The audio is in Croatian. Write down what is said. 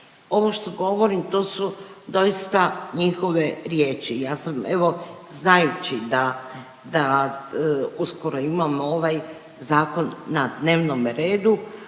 Ovo što govorim to su doista njihove riječi. Ja sam evo znajući da, da uskoro imam ovaj zakon na dnevnome redu,